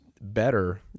better